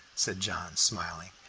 said john, smiling.